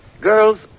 girls